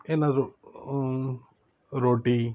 ಏನಾದ್ರೂ ರೋಟಿ